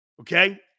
Okay